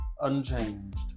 unchanged